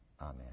Amen